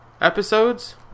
episodes